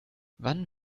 wann